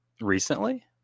recently